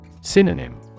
Synonym